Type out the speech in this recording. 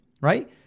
right